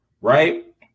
right